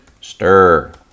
stir